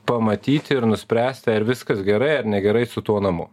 pamatyti ir nuspręsti ar viskas gerai ar negerai su tuo namu